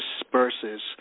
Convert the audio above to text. disperses